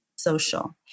social